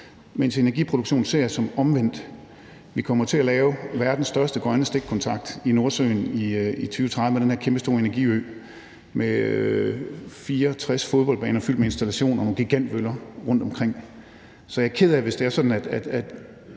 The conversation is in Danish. med energiproduktionen ser jeg det som omvendt. Vi kommer til at lave verdens største grønne stikkontakt i Nordsøen i 2030 med den her kæmpestore energiø med 64 fodboldbaner fyldt med installationer af nogle gigantmøller rundtomkring. Jeg er ked af, hvis det er sådan, at